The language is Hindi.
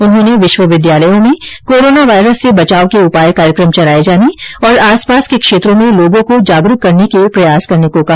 उन्होंने विश्वविद्यालयों में कोरोना वायरस से बचाव के उपाय कार्यक्रम चलाये जाने और आस पास के क्षेत्रों में लोगों को जागरूक करने के प्रयास करने को कहा